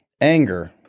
anger